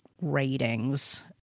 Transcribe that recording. ratings